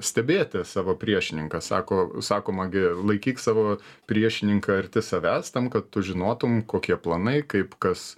stebėti savo priešininką sako sakoma gi laikyk savo priešininką arti savęs tam kad tu žinotum kokie planai kaip kas